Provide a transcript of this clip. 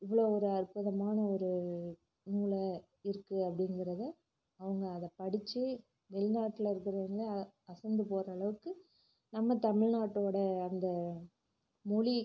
இவ்வளோ ஒரு அற்புதமான ஒரு நூலாக இருக்குது அப்படிங்கிறத அவங்க அதை படித்து வெளிநாட்டில இருக்குறவங்க அசந்து போகிற அளவுக்கு நம்ம தமிழ்நாட்டோட அந்த மொழி